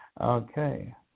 Okay